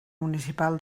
municipal